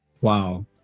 Wow